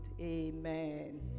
Amen